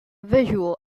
visual